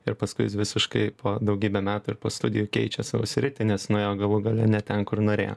ir paskui jis visiškai po daugybę metų ir po studijų keičia savo sritį nes nuėjo galų gale ne ten kur norėjo